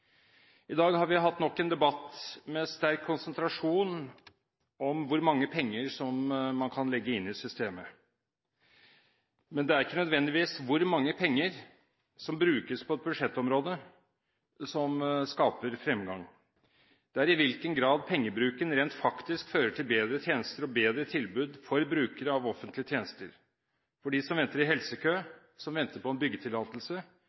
I dag har vi hatt nok en debatt med sterk konsentrasjon om hvor mange penger man kan legge inn i systemet. Men det er ikke nødvendigvis hvor mange penger som brukes på et budsjettområde, som skaper fremgang. Det er i hvilken grad pengebruken rent faktisk fører til bedre tjenester og bedre tilbud for brukere av offentlige tjenester – for dem som venter i helsekø, som venter på en byggetillatelse,